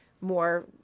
more